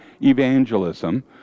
evangelism